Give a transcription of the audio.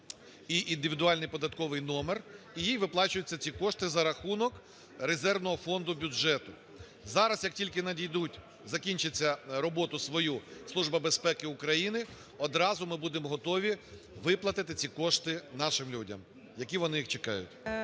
і індивідуальний податковий номер, і їй виплачуються ці кошти за рахунок резервного фонду бюджету. Зараз, як тільки надійдуть, закінчить роботу свою Служба безпеки України, одразу ми будемо готові виплатити ці кошти нашим людям, які їх чекають.